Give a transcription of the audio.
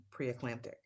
preeclamptic